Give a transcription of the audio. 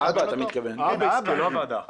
האבא אתה מתכוון, לא הוועדה.